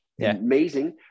Amazing